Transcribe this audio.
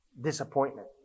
disappointment